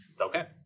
okay